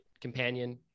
companion